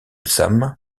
sam